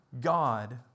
God